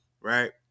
right